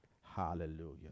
hallelujah